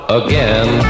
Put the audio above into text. again